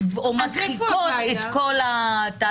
או מדחיקות את כל התהליך.